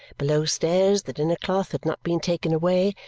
below-stairs the dinner-cloth had not been taken away,